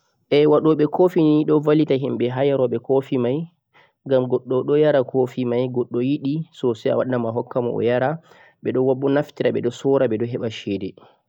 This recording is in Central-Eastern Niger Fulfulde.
eh wadubeh coffee ni do vallita himbe ha yarubeh coffee mai gam goddo doh yara coffee mai goddo yidi so sai a wadi namo a hokkamo o yara behdoh naftira beh doh soora beh do heba chede